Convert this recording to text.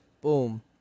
boom